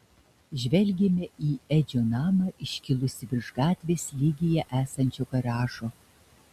žvelgėme į edžio namą iškilusį virš gatvės lygyje esančio garažo